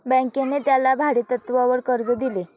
बँकेने त्याला भाडेतत्वावर कर्ज दिले